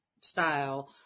style